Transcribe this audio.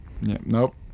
Nope